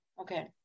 Okay